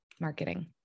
marketing